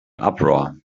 uproar